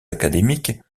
académiques